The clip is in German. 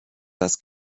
das